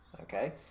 Okay